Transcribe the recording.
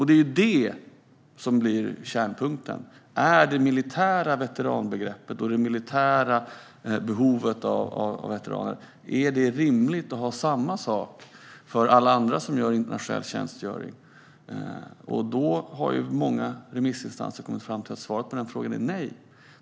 Det är detta som blir kärnpunkten: Är det rimligt att ha samma sak som det militära veteranbegreppet för alla andra som gör internationell tjänstgöring? Många remissinstanser har kommit fram till att svaret på den frågan är nej.